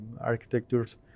architectures